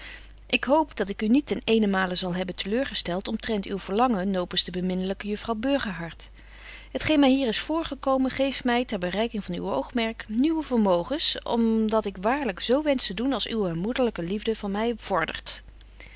ik hoop dat ik u niet ten eenenmalè zal hebben te leur gestelt omtrent uw verlangen nopens de beminnelyke juffrouw burgerhart het geen my hier is voorgekomen geeft my ter bereiking van uw oogmerk nieuwe vermogens om dat ik waarlyk z wensch te doen als uwe moederlyke liefde van my vordert